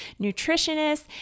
nutritionists